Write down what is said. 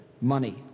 Money